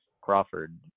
Crawford